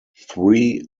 three